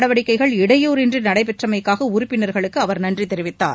நடவடிக்கைகள் இடையூறின்றி நடைபெற்றமைக்காக உறுப்பினா்களுக்கு அவர் நன்றி அவை தெரிவித்தார்